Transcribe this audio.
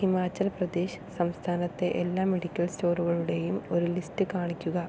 ഹിമാചൽ പ്രദേശ് സംസ്ഥാനത്തെ എല്ലാ മെഡിക്കൽ സ്റ്റോറുകളുടെയും ഒരു ലിസ്റ്റ് കാണിക്കുക